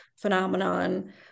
phenomenon